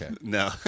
No